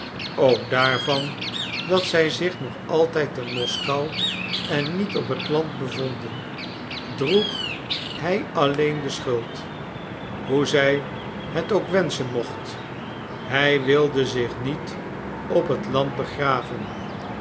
ook daarvan dat zij zich nog altijd te moskou en niet op het land bevonden droeg hij alleen de schuld hoe zij het ook wenschen mocht hij wilde zich niet op het land begraven